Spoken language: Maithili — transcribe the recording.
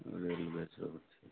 रेलवे सेहो छै